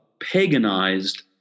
paganized